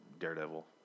Daredevil